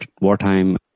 wartime